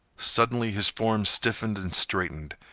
suddenly his form stiffened and straightened.